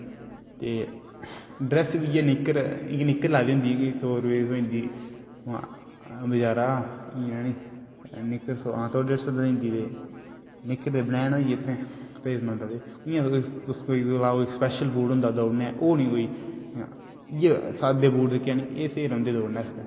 ते ड्रैस बी इयै निक्कर लाई दी होंदी सौ रपये दी थ्होई जंदी हून बजारा है नी निक्कर सौ डेड सौ रपये दी थ्होई जंदी ऐ निक्कर ते वनेन होई गेई इयां दवे तुस कोई बी लैओ स्पेशल रुल होंदा कोई दौड़ने आस्ते ओह् नेईं कोई इयै साद्दे बूट जेहके है नी एह् स्हेई रैंहदे दौड़ने आस्ते